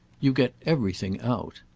you get everything out.